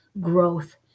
growth